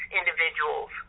individuals